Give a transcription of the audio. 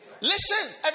listen